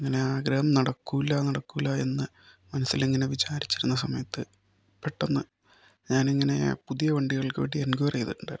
അങ്ങനെ ആഗ്രഹം നടക്കൂല്ല നടക്കൂല്ല എന്ന് മനസ്സിലിങ്ങനെ വിചാരിച്ചിരുന്ന സമയത്ത് പെട്ടന്ന് ഞാനിങ്ങനെ പുതിയ വണ്ടികൾക്ക് വേണ്ടി എൻക്വയറി ചെയ്തിട്ടുണ്ടായിരുന്നു